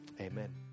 Amen